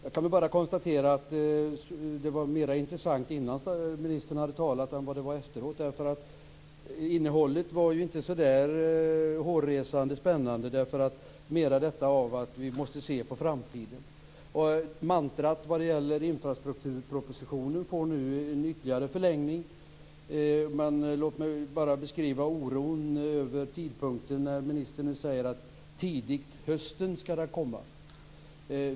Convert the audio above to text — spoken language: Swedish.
Jag kan bara konstatera att det var mera intressant innan ministern hade talat än vad det var efteråt därför att innehållet inte var så hårresande spännande. Det var mycket om att vi måste se framtiden an. Mantrat vad det gäller infrastrukturpropositionen får nu en ytterligare förlängning, men låt mig bara beskriva oron över tidpunkten. Ministern säger att propositionen ska komma tidigt i höst.